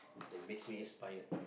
that makes me inspired